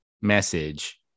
message